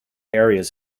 areas